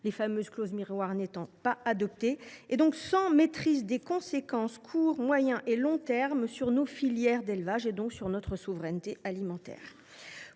les fameuses clauses miroirs n’étant pas adoptées. Nous n’en maîtriserions pas alors les conséquences à court, moyen et long termes sur nos filières d’élevage et sur notre souveraineté alimentaire.